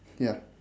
ya